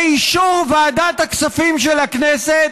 באישור ועדת הכספים של הכנסת,